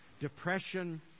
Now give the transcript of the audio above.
depression